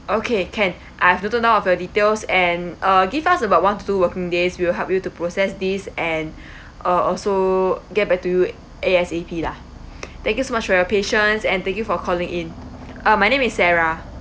okay can I have noted down of your details and give us about one to two working days we'll help you to process this and uh also get back to A_S_A_P lah thank you much for your patience and thank you for calling in uh my name is sarah